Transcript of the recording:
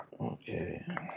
Okay